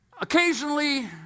Occasionally